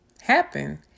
happen